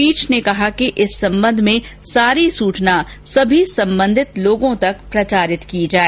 पीठ ने कहा कि इस संबंध में सारी सुचना सभी सम्बन्धित लोगों तक प्रचारित की जाए